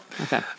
okay